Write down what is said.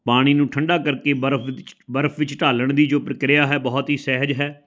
ਪਾਣੀ ਨੂੰ ਠੰਡਾ ਕਰਕੇ ਬਰਫ 'ਚ ਬਰਫ ਵਿੱਚ ਢਾਲਣ ਦੀ ਜੋ ਪ੍ਰਕਿਰਿਆ ਹੈ ਬਹੁਤ ਹੀ ਸਹਿਜ ਹੈ